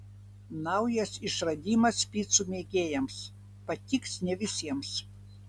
naujas išradimas picų mėgėjams patiks ne visiems